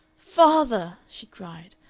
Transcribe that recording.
father, she cried,